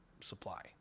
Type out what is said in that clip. supply